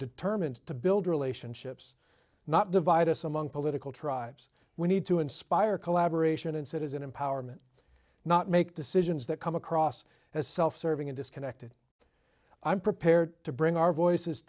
determined to build relationships not divide us among political tribes we need to inspire collaboration and citizen empowerment not make decisions that come across as self serving and disconnected i'm prepared to bring our voices